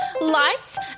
lights